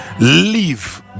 leave